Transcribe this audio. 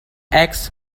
eggs